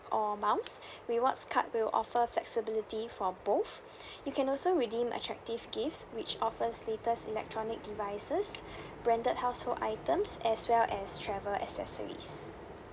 or amounts rewards card will offer flexibility for both you can also redeem attractive gifts which offers latest electronic devices branded household items as well as travel accessories